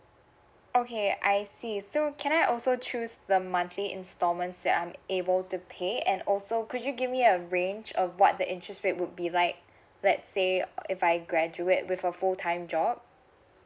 okay I see so can I also choose the monthly instalments that I'm able to pay and also could you give me a range of what the interest rate would be like let's say uh if I graduate with a full time job